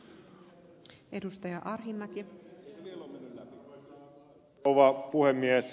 arvoisa rouva puhemies